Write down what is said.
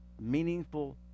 meaningful